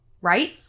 Right